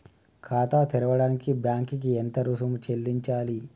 ఖాతా తెరవడానికి బ్యాంక్ కి ఎంత రుసుము చెల్లించాలి?